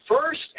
first